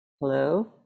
hello